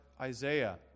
Isaiah